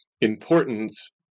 importance